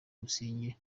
busingye